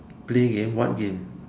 play game what game